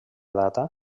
data